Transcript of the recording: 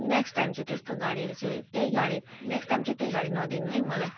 next time चाहिँ त्यस्तो गाडीहरू चाहिँ त्यही गाडी नेक्स्ट टाइम चाहिँ त्यही गाडी नदिनु है मलाई